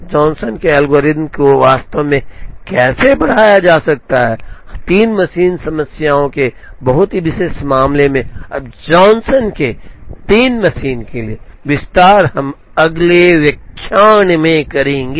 Johnson के algorithm को वास्तव में कैसे बढ़ाया जा सकता है 3 मशीन समस्याओं के एक बहुत ही विशेष मामले में अब जॉनसन का तीन मशीन के लिए विस्तार हम अगले व्याख्यान में देखेंगे